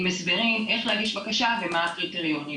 עם הסברים איך להגיש בקשה ומה הקריטריונים.